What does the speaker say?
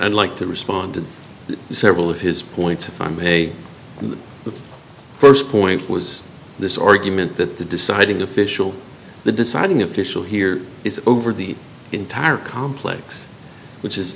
i'd like to respond to several of his points if i may the st point was this argument that the deciding official the deciding official here is over the entire complex which is